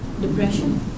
Depression